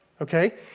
okay